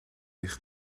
eich